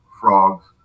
frogs